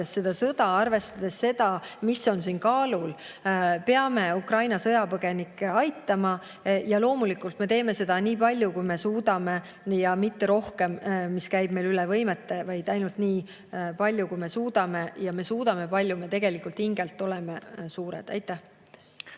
seda sõda, arvestades seda, mis on kaalul, peame Ukraina sõjapõgenikke aitama. Ja loomulikult me teeme seda nii palju, kui me suudame. Ja mitte rohkem, nii et see käib üle meie võimete, vaid ainult nii palju, kui me suudame. Ja me suudame palju, me tegelikult hingelt oleme suured. Aitäh!